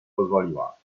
pozwoliła